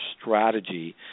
strategy